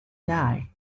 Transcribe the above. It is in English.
die